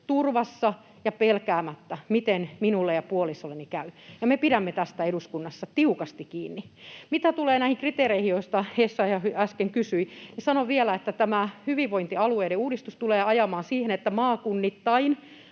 turvassa ja pelkäämättä, miten minulle ja puolisolleni käy, ja me pidämme tästä eduskunnassa tiukasti kiinni. Mitä tulee näihin kriteereihin, joista Essayah äsken kysyi, niin sanon vielä, että tämä hyvinvointialueiden uudistus tulee ajamaan siihen, että maakunnittain